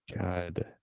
God